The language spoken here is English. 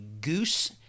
goose